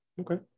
okay